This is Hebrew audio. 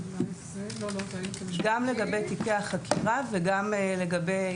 יש גם לגבי תיקי החקירה וגם לגבי